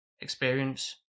experience